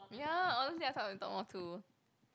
ya honestly I thought we talk more too